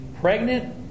pregnant